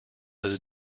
his